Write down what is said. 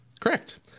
Correct